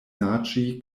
naĝi